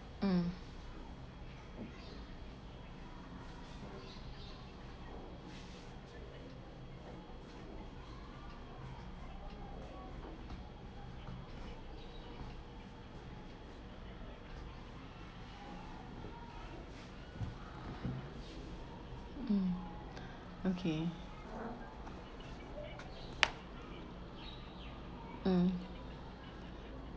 um mm okay mm